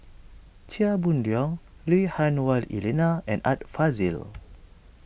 Chia Boon Leong Lui Hah Wah Elena and Art Fazil